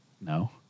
No